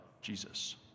Jesus